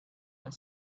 the